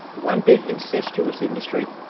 one big incestuous industry.